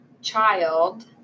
child